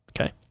Okay